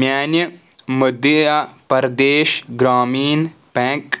میانہِ مٔدھیہ پرٛدیش گرٛامیٖن بیٚنٛک